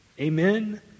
amen